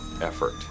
effort